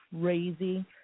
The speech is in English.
crazy